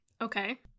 Okay